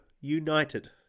United